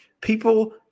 people